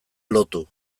lotu